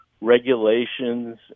regulations